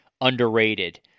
underrated